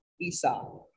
Esau